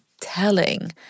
telling